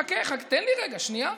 חכה, תן לי רגע, שנייה.